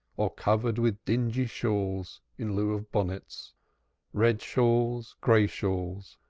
or covered with dingy shawls in lieu of bonnets red shawls, gray shawls,